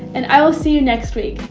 and i will see you next week.